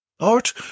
Art